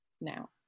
now